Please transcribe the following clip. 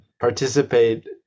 Participate